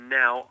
now